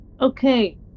Okay